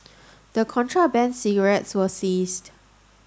the contraband cigarettes were seized